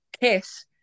Kiss